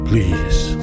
Please